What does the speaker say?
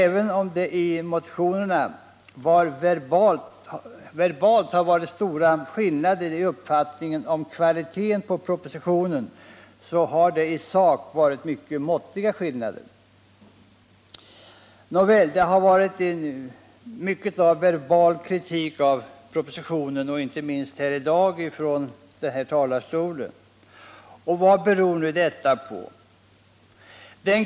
Även om det i motionerna i ord rått stora skillnader i uppfattningen om kvaliteten på propositionen, så har det i sak varit mycket måttliga skillnader. Nåväl —det har förekommit mycket kritik av propositionen, inte minst från kammarens talarstol i dag. Vad beror nu det på?